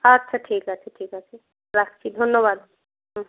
আচ্ছা ঠিক আছে ঠিক আছে রাখছি ধন্যবাদ হুম